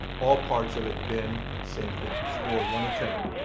all parts of it, then, same thing score one ten,